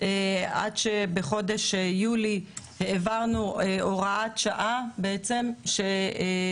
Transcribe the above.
עד שבחודש יולי העברנו הוראת שעה שלפיה,